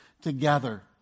together